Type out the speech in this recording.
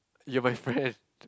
you're my friend